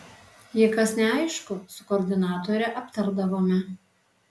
jei kas neaišku su koordinatore aptardavome